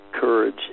courage